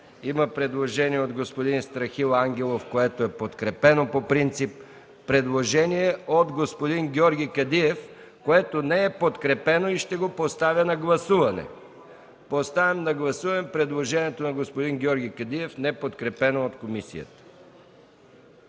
Има предложение от господин Страхил Ангелов, което е подкрепено по принцип. Има предложение от господин Георги Кадиев, което не е подкрепено и ще го поставя на гласуване. Поставям на гласуване предложението на господин Георги Кадиев, неподкрепено от комисията.